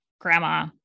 grandma